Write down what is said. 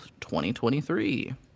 2023